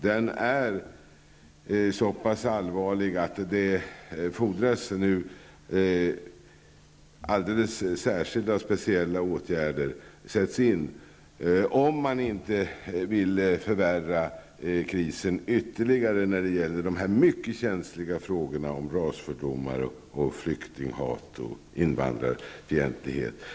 Den är så pass allvarlig att det nu fordras att alldeles speciella åtgärder sätts in, om man inte vill förvärra krisen ytterligare när det gäller de mycket känsliga frågorna om rasfördomar, flyktinghat och invandrarfientlighet.